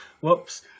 Whoops